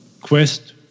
quest